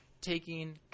taking –